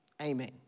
Amen